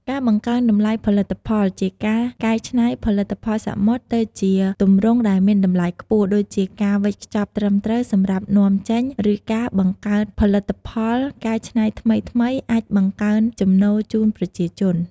ការបង្កើនតម្លៃផលិតផល ជាការកែច្នៃផលិតផលសមុទ្រទៅជាទម្រង់ដែលមានតម្លៃខ្ពស់ ដូចជាការវេចខ្ចប់ត្រឹមត្រូវសម្រាប់នាំចេញ ឬការបង្កើតផលិតផលកែច្នៃថ្មីៗ អាចបង្កើនចំណូលជូនប្រជាជន។